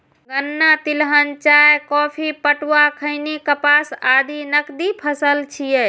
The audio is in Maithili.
गन्ना, तिलहन, चाय, कॉफी, पटुआ, खैनी, कपास आदि नकदी फसल छियै